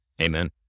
Amen